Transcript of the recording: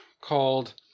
called